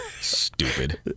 Stupid